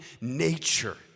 nature